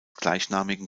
gleichnamigen